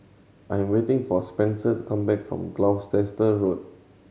I am waiting for Spenser to come back from Gloucester Road